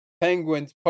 Penguins